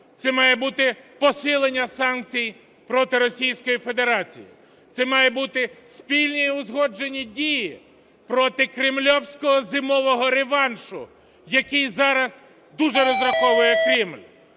Це має бути посилення санкцій проти Російської Федерації. Це мають бути спільні й узгоджені дії проти кремлівського зимового реваншу, на який зараз дуже розраховує Кремль.